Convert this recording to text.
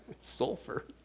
Sulfur